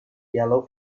yellow